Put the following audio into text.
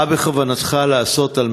2. מה ייעשה כדי להילחם